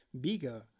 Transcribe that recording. bigger